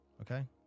Okay